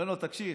אומר לו: תקשיב,